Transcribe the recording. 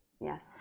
Yes